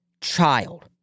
child